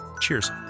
Cheers